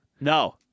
No